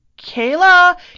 Kayla